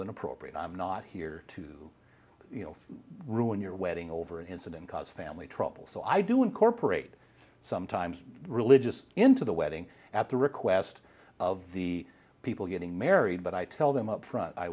than appropriate i'm not here to ruin your wedding over an incident cause family trouble so i do incorporate sometimes religious into the wedding at the request of the people getting married but i tell them upfront i